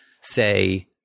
say